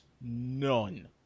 none